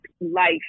life